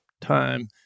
time